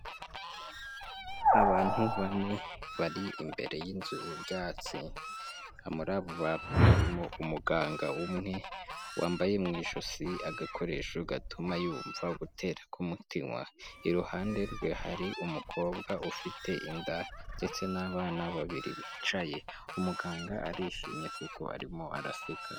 Abantu bane bari imbere y'inzu z'ibyatsi muri abo bantu harimo umuganga umwe wambaye mu ijosi agakoresho gatuma yumva gutera k'umutima iruhande rwe hari umukobwa ufite inda ndetse n'abana babiri bicaye umuganga arishimye kuko arimo araseka.